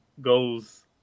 Goes